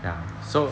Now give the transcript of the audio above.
ya so